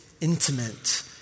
intimate